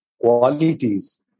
qualities